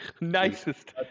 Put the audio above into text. nicest